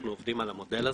אנחנו עובדים על המודל הזה.